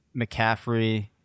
McCaffrey